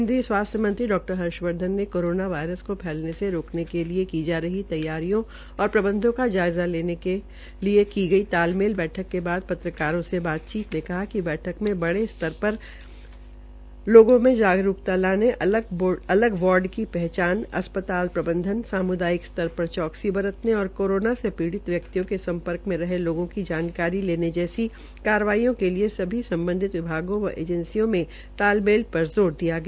केन्द्रीय स्वासथ्य मंत्री डॉ हर्षवर्धन् ने कोरोना वायरस को फैलने से रोकने के लिए की जा रही तैयारियों और प्रबंधों का जायज़ा लेने के लिए तालमेल बैठक के बाद पत्रकारों से बातचीत में कहा िक बैठक में बड़े स्तर पर लोगों में जागरूकता लाने अलग वार्ड की पहचान अस्पताल प्रबंधन सामुदायिक स्तर पर चौक्सी बरतने और कोरोना से पीडि़त व्यक्तियों के समपर्क में रहे लोगों की जानकारी लेने जैसी कार्रवाइयों के लिए सभी सम्बधित विभागों व एजेंसियों में तालमेल पर ज़ोर दिया गया